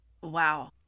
wow